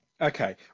Okay